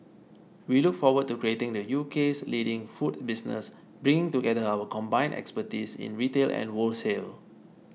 we look forward to creating the U K's leading food business bringing together our combined expertise in retail and wholesale